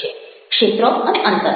ક્ષેત્ર અને અંતર